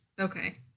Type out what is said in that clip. Okay